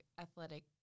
athletic